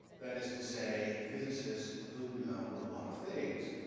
that is to say, physicists who know a lot of things.